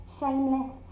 shameless